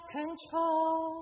control